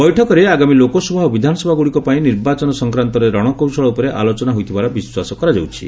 ବୈଠକରେ ଆଗାମୀ ଲୋକସଭା ଓ ବିଧାନସଭାଗୁଡ଼ିକ ପାଇଁ ନିର୍ବାଚନ ସଂକ୍ରାନ୍ତରେ ରଣକୌଶଳ ଉପରେ ଆଲୋଚନା ହୋଇଥିବାର ବିଶ୍ୱାସ କରାଯାଉଛି